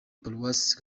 paruwasi